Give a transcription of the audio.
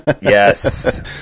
Yes